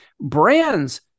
brands